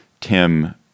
Tim